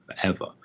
forever